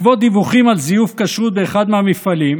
בעקבות דיווחים על זיוף כשרות באחד מהמפעלים